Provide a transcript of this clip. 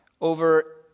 over